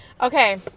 Okay